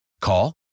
Call